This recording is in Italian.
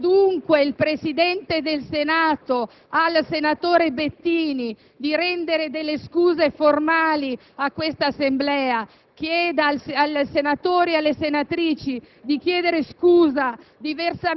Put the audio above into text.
Chieda dunque il Presidente del Senato al senatore Bettini di rendere delle scuse formali a quest'Assemblea, chieda ai senatori e alle senatrici di chiedere scusa;